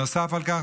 נוסף על כך,